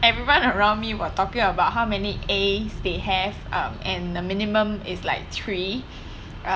everyone around me were talking about how many As they have um and the minimum is like three